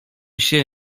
się